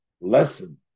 lesson